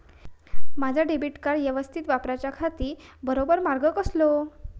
माजा debit card यवस्तीत वापराच्याखाती बरो मार्ग कसलो?